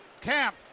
Camp